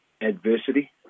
adversity